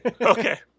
okay